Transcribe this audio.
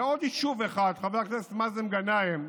ועוד יישוב אחד, חבר הכנסת מאזן גנאים,